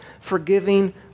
forgiving